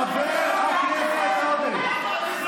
חבר הכנסת עודה,